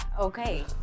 okay